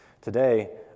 Today